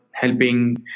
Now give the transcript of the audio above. helping